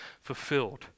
fulfilled